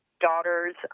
daughters